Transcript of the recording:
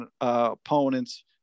opponents